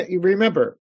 remember